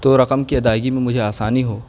تو رقم کی ادائیگی میں مجھے آسانی ہو